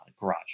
garage